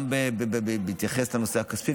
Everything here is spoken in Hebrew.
גם בהתייחס לנושא הכספי,